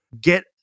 Get